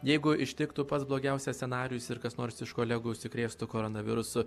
jeigu ištiktų pats blogiausias scenarijus ir kas nors iš kolegų užsikrėstų koronavirusu